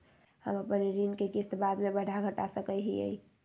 हम अपन ऋण के किस्त बाद में बढ़ा घटा सकई हियइ?